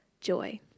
Joy